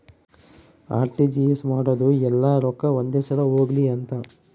RTGS ಮಾಡೋದು ಯೆಲ್ಲ ರೊಕ್ಕ ಒಂದೆ ಸಲ ಹೊಗ್ಲಿ ಅಂತ